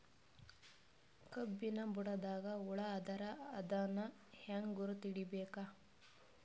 ಕಬ್ಬಿನ್ ಬುಡದಾಗ ಹುಳ ಆದರ ಅದನ್ ಹೆಂಗ್ ಗುರುತ ಹಿಡಿಬೇಕ?